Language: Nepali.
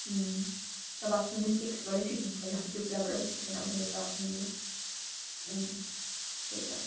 अब आफ्नो मिसटेक्सबाटै सिक्नु पऱ्यो अब त्यो कुराबाट पनि सिकेन भने त त्यही त